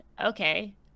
okay